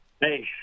Hey